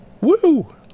woo